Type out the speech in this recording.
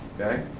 Okay